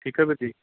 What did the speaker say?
ਠੀਕ ਆ ਵੀਰ ਜੀ